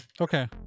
Okay